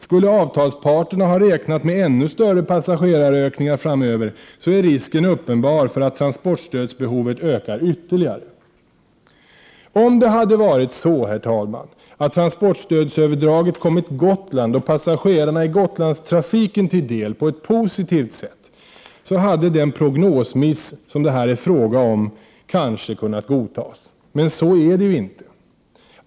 Skulle avtalsparterna ha räknat med ännu större passagerarökningar framöver, är risken uppenbar för att transportstödsbehovet ökar ytterligare. Om det hade varit så, herr talman, att transportstödsöverdraget kommit Gotland och passagerarna i Gotlandstrafiken till del på ett positivt sätt, hade den prognosmiss det här är fråga om kanske kunnat godtas. Men så är det inte.